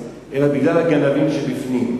אלא בגלל הגנבים שבפנים.